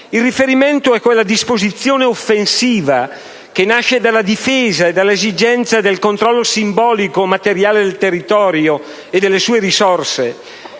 Il riferimento è quella disposizione offensiva che nasce dalla difesa e dall'esigenza del controllo simbolico o materiale del territorio e delle sue risorse: